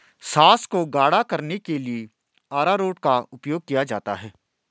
sauce को गाढ़ा करने के लिए अरारोट का उपयोग किया जाता है